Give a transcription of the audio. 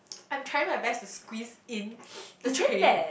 I'm trying my best to squeeze in the train